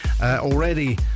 Already